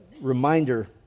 reminder